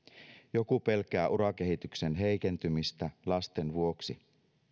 joku pelkää urakehityksen heikentymistä lasten vuoksi